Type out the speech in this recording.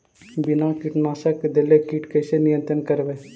बिना कीटनाशक देले किट कैसे नियंत्रन करबै?